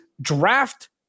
draft